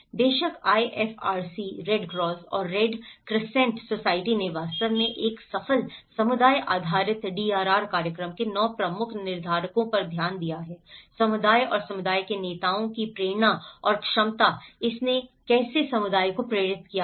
बेशक IFRC red cross और red crescent society ने वास्तव में एक सफल समुदाय आधारित डीआरआर कार्यक्रम के 9 प्रमुख निर्धारकों पर ध्यान दिया है समुदाय और समुदाय के नेताओं की प्रेरणा और क्षमता इसने कैसे समुदाय को प्रेरित किया है